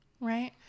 Right